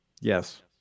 Yes